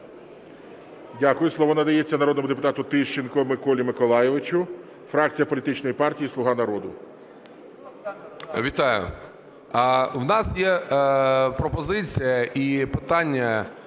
Вітаю! У нас є пропозиція і питання: